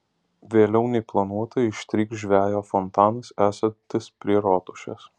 vėliau nei planuota ištrykš žvejo fontanas esantis prie rotušės